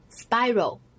Spiral